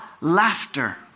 laughter